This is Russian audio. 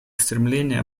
стремление